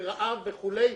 ברעב וכולי.